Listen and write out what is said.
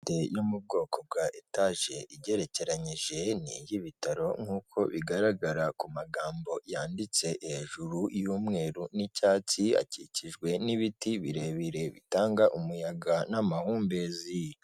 Inzu ndende yo mu bwoko bwa etaje igerekeranyije, ni iy'ibitaro nkuko bigaragara ku magambo yanditse hejuru y'umweru n'icyatsi, akikijwe n'ibiti birebire bitanga umuyaga n'amahumbezi.